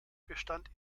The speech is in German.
bestand